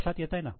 लक्षात येताय ना